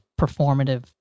performative